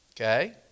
okay